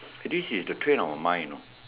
this is the train of mind know